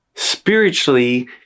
spiritually